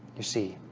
you see